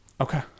Okay